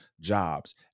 jobs